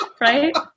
Right